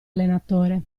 allenatore